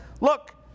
look